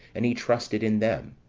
and he trusted in them.